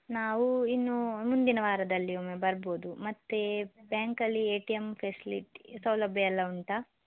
ನಾವು ಇನ್ನು ಮುಂದಿನ ವಾರದಲ್ಲಿ ಒಮ್ಮೆ ಬರ್ಬೌದು ಮತ್ತು ಬ್ಯಾಂಕಲ್ಲಿ ಎ ಟಿ ಎಂ ಫೆಸಿಲಿಟಿ ಸೌಲಭ್ಯ ಎಲ್ಲ ಉಂಟಾ